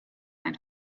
ein